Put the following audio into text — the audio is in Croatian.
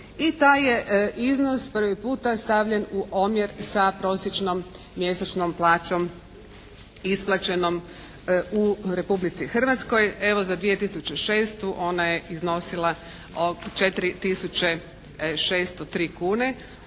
i taj je iznos prvi puta stavljen u omjer sa prosječnom mjesečnom plaćom isplaćenom u Republici Hrvatskoj. Evo za 2006. ona je iznosila 4 tisuće